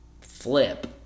flip